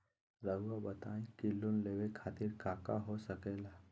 रउआ बताई की लोन लेवे खातिर काका हो सके ला?